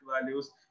values